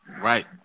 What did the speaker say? Right